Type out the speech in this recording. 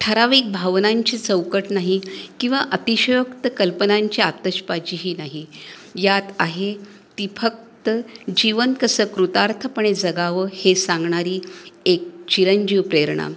ठराविक भावनांची चौकट नाही किंवा अतिशयोक्त कल्पनांची आतषबाजीही नाही यात आहे ती फक्त जीवन कसं कृतार्थपणे जगावं हे सांगणारी एक चिरंजीव प्रेरणा